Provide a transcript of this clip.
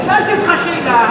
שאלתי אותך שאלה,